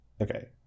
Okay